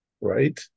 Right